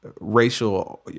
racial